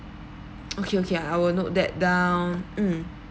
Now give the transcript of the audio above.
okay okay I will note that down mm